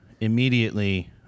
immediately